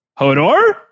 Hodor